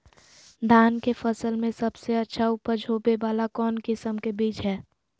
धान के फसल में सबसे अच्छा उपज होबे वाला कौन किस्म के बीज हय?